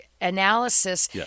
analysis